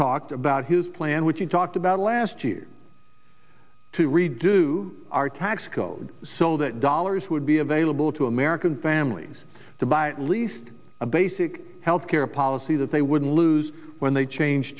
talked about his plan which he talked about last year to redo our tax code so that dollars would be available to american families to buy a least a basic health care policy that they would lose when they change